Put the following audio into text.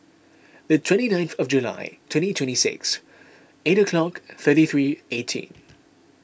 the twenty ninth of July twenty twenty six eight o'clock thirty three eighteen